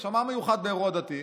עכשיו, מה מיוחד באירוע דתי?